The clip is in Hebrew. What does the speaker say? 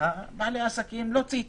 בעלי העסקים לא צייתו.